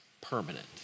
permanent